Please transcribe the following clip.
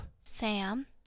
Sam